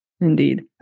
Indeed